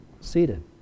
seated